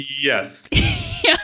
yes